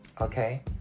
Okay